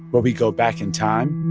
where we go back in time.